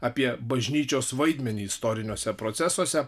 apie bažnyčios vaidmenį istoriniuose procesuose